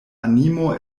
animo